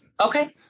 Okay